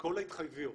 שכל ההתחייבויות